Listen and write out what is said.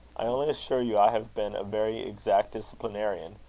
i only assure you i have been a very exact disciplinarian.